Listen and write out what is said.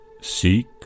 Seek